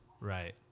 right